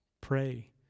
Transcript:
Pray